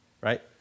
right